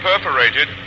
perforated